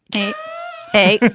hey hey.